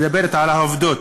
נדבר על העובדות.